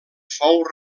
fou